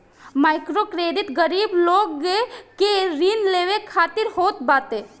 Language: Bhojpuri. माइक्रोक्रेडिट गरीब लोग के ऋण लेवे खातिर होत बाटे